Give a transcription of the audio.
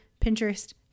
Pinterest